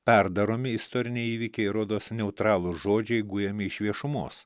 perdaromi istoriniai įvykiai rodosi neutralūs žodžiai gujami iš viešumos